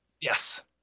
Yes